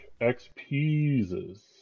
XP's